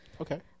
Okay